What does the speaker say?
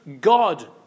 God